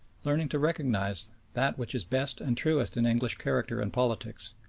learning to recognise that which is best and truest in english character and politics,